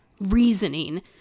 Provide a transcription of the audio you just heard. reasoning